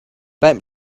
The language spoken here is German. beim